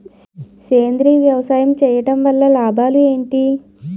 సేంద్రీయ వ్యవసాయం చేయటం వల్ల లాభాలు ఏంటి?